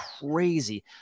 crazy